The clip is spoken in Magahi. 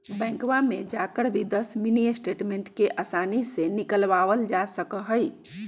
बैंकवा में जाकर भी दस मिनी स्टेटमेंट के आसानी से निकलवावल जा सका हई